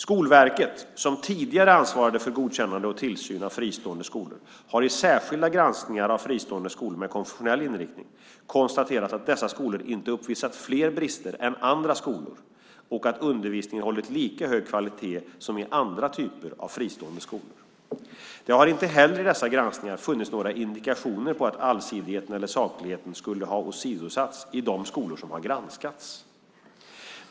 Skolverket, som tidigare ansvarade för godkännande och tillsyn av fristående skolor, har i särskilda granskningar av fristående skolor med konfessionell inriktning konstaterat att dessa skolor inte uppvisat fler brister än andra skolor och att undervisningen hållit lika hög kvalitet som i andra typer av fristående skolor. Det har inte heller i dessa granskningar funnits några indikationer på att allsidigheten eller sakligheten skulle ha åsidosatts i de skolor som granskats.